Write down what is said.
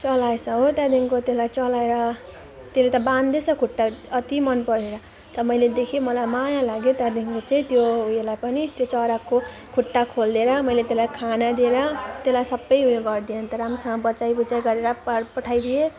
चलाएछ हो त्यहाँदेखिको त्यसलाई चलाएर त्यसले त बाँधिदिएछ खुट्टा अति मन परेर त मैले देखेँ मलाई माया लाग्यो त्यहाँदेखिको चाहिँ त्यो उयोलाई पनि त्यो चराको खुट्टा खोलिदिएर मैले त्यसलाई खाना दिएर त्यसलाई सबै उयो गरिदिएँ अन्त राम्रोसँग बचाइ बुचाइ गरेर पार पठाइदिएँ